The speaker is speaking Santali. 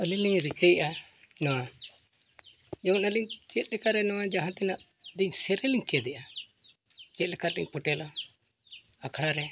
ᱟᱹᱞᱤᱧ ᱞᱤᱧ ᱨᱤᱠᱟᱹᱭᱜᱼᱟ ᱱᱚᱣᱟ ᱡᱮᱢᱚᱱ ᱟᱹᱞᱤᱧ ᱪᱮᱫ ᱞᱮᱠᱟ ᱨᱮ ᱟᱦᱟᱸ ᱛᱤᱱᱟᱹᱜ ᱢᱤᱫᱴᱤᱡ ᱥᱮᱨᱮᱧ ᱞᱤᱧ ᱪᱮᱫᱮᱜᱼᱟ ᱪᱮᱫ ᱞᱮᱠᱟᱞᱤᱧ ᱯᱷᱳᱴᱮᱞᱟ ᱟᱠᱷᱲᱟ ᱨᱮ